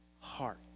heart